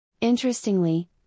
Interestingly